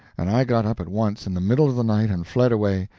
and i got up at once in the middle of the night and fled away,